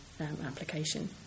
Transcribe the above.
application